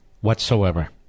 whatsoever